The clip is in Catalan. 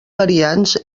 variants